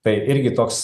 tai irgi toks